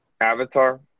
avatar